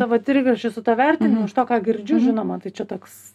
savo trigrašį su tuo vertinimu iš to ką girdžiu žinoma tai čia toks